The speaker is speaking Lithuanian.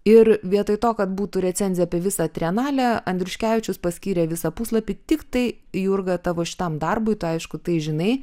ir vietoj to kad būtų recenzija apie visą trienalę andriuškevičius paskyrė visą puslapį tiktai jurga tavo šitam darbui tu aišku tai žinai